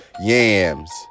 yams